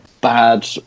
bad